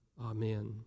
Amen